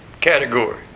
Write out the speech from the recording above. category